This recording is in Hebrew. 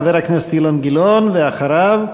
חבר הכנסת אילן גילאון, ואחריו,